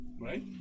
Right